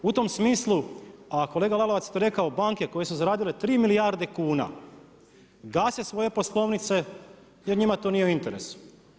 U tom smislu, a kolega Lalovac je to rekao banke koje su zaradile 3 milijarde kuna gase svoje poslovnice jer njima to nije u interesu.